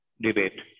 debate